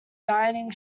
dining